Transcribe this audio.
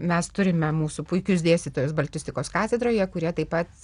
mes turime mūsų puikius dėstytojus baltistikos katedroje kurie taip pat